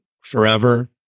forever